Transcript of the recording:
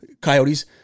coyotes